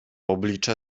oblicze